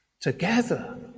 together